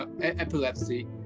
epilepsy